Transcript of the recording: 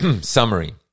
summary